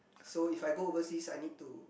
so if I go overseas I need to